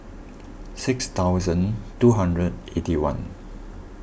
six thousand two hundred and eighty one